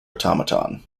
automaton